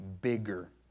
bigger